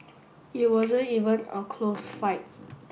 it wasn't even a close fight